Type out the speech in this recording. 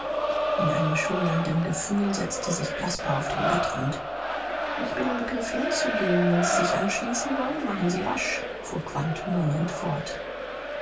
in einem schwindelnden gefühl setzte sich caspar auf den bettrand ich bin im begriff hinzugehen wenn sie sich anschließen wollen machen sie rasch fuhr quandt murmelnd fort